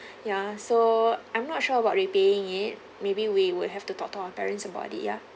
ya so I'm not sure about repaying it maybe we would have to talk to our parents about it ya